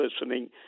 listening